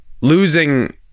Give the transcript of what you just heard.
losing